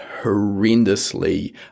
horrendously